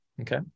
okay